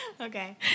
Okay